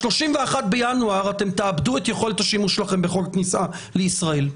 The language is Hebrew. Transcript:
וב-31.01 אתם תאבדו את יכולת השימוש שלכם בחוק הכניסה לישראל.